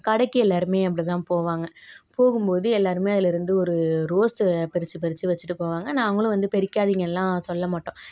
கடைக்கு எல்லாருமே அப்படிதான் போவாங்க போகும்போது எல்லாருமே அதில் இருந்து ஒரு ரோஸை பறிச்சு பறிச்சு வச்சுட்டு போவாங்க நாங்களும் வந்து பறிக்காதீங்கன்லாம் சொல்லமாட்டோம்